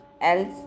else